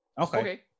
Okay